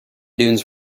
dunes